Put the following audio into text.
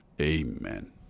amen